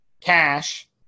cash